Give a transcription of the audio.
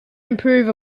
improve